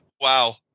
Wow